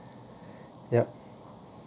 yup